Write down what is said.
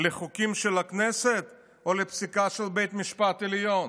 לחוקים של הכנסת או לפסיקה של בית המשפט העליון?